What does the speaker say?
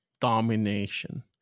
domination